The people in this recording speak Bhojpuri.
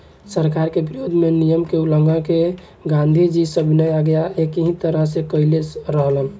सरकार के विरोध में नियम के उल्लंघन क के गांधीजी सविनय अवज्ञा एही तरह से कईले रहलन